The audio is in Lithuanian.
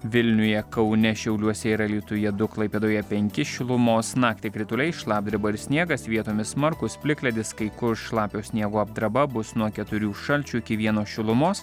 vilniuje kaune šiauliuose ir alytuje du klaipėdoje penki šilumos naktį krituliai šlapdriba ir sniegas vietomis smarkūs plikledis kai kur šlapio sniego apdraba bus nuo keturių šalčio iki vieno šilumos